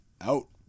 Out